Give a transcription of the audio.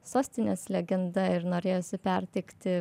sostinės legenda ir norėjosi perteikti